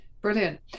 Brilliant